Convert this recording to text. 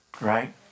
Right